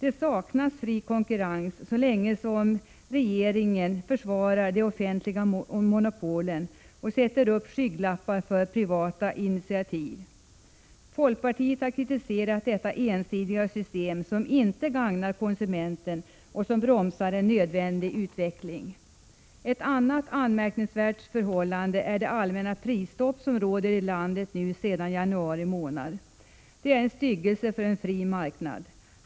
Det saknas fri konkurrens, så länge som regeringen försvarar de offentliga monopolen och sätter upp Pt skygglappar för privata initiativ. Folkpartiet har kritiserat detta ensidiga system, som inte gagnar konsumenten och som bromsar en nödvändig utveckling. Ett annat anmärkningsvärt förhållande är det allmänna prisstopp som nu råder i landet sedan januari månad. Det är en styggelse för en fri marknad.